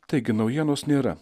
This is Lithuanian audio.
taigi naujienos nėra